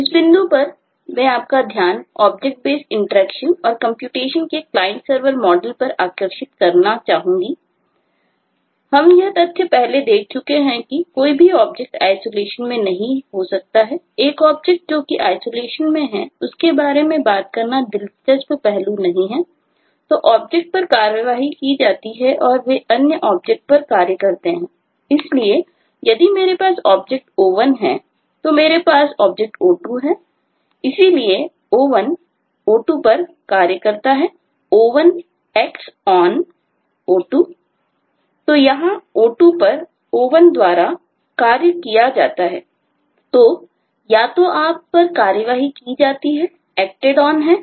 इस बिंदु परमैं आपका ध्यान ऑब्जेक्ट बेस्ड इंटरेक्शन पर कार्रवाई करते हैं "act on" हैं